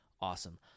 awesome